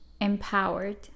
empowered